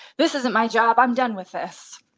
this isn't my job. i'm done with this